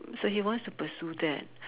so he wants to pursue that